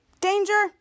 Danger